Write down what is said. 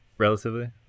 Relatively